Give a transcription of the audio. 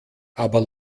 aber